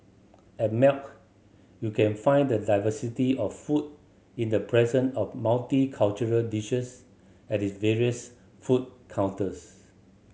at Melt you can find the diversity of food in the presence of multicultural dishes at its various food counters